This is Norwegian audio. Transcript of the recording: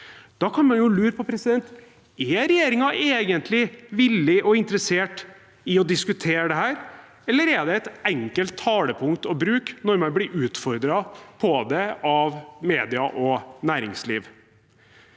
Da kan man jo lure på: Er regjeringen egentlig villig til og interessert i å diskutere dette, eller er det et enkelt talepunkt å bruke når man blir utfordret på det av media og næringsliv?